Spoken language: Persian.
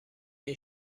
این